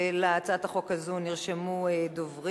להצעת החוק הזאת נרשמו דוברים,